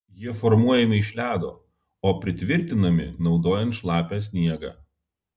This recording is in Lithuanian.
jie formuojami iš ledo o pritvirtinami naudojant šlapią sniegą